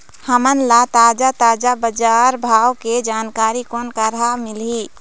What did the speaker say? हमन ला ताजा ताजा बजार भाव के जानकारी कोन करा से मिलही?